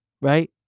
right